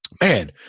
man